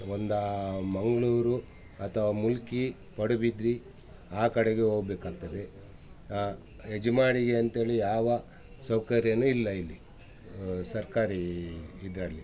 ಒಂದು ಮಂಗಳೂರು ಅಥವ ಮುಲ್ಕಿ ಪಡುಬಿದ್ರಿ ಆ ಕಡೆಗೆ ಹೋಗಬೇಕಾಗ್ತದೆ ಯಜ್ಮಾಡಿಗೆ ಅಂತೇಳಿ ಯಾವ ಸೌಕರ್ಯನು ಇಲ್ಲ ಇಲ್ಲಿ ಸರ್ಕಾರಿ ಇದರಲ್ಲಿ